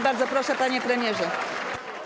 Bardzo proszę, panie premierze.